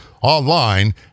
online